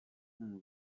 twumva